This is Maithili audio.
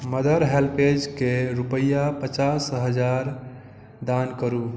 मदर हेल्पऐज के रूपैआ पचास हजार दान करू